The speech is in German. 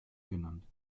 genannt